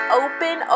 open